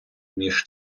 ніж